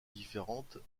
différentes